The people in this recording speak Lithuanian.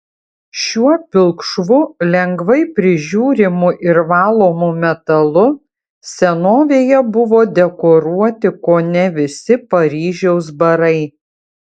šiuo pilkšvu lengvai prižiūrimu ir valomu metalu senovėje buvo dekoruoti kone visi paryžiaus barai